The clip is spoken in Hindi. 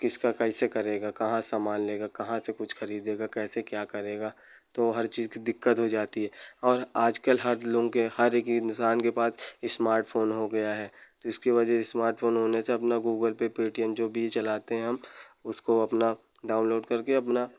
किसका कैसे करेगा कहाँ सामान लेगा कहाँ से कुछ खरीदेगा कैसे क्या करेगा तो हर चीज़ की दिक्क़त हो जाती है और आजकल हर लोगों के हर एक इंसान के पास इस्मार्टफोन हो गया है तो इसकी वजह से इस्मार्टफोन होने से अपना गूगलपे पेटीएम जो भी चलाते हैं हम उसको अपना डाउनलोड करके अपना